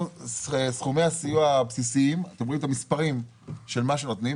סכומי הסיוע הבסיסיים אתם רואים את המספרים של מה שנותנים.